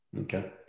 Okay